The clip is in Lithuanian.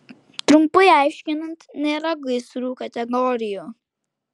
trumpai aiškinant nėra gaisrų kategorijų